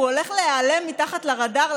והוא הולך להיעלם מתחת לרדאר,